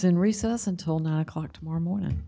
in recess until nine o'clock tomorrow morning